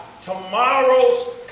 tomorrow's